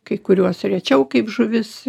kai kuriuos rečiau kaip žuvis